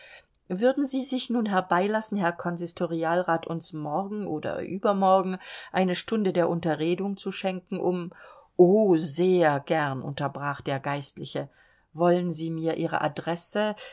würden sie sich nun herbeilassen herr konsistorialrat uns morgen oder übermorgen eine stunde der unterredung zu schenken um o sehr gern unterbrach der geistliche wollen sie mir ihre adresse